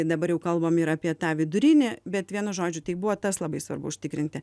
dabar jau kalbam ir apie tą vidurinį bet vienu žodžiu tai buvo tas labai svarbu užtikrinti